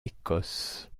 écosse